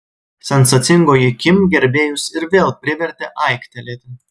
sensacingoji kim gerbėjus ir vėl privertė aiktelėti